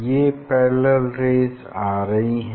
ये parallel rays आ रही हैं